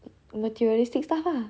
materialistic stuff ah